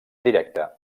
directa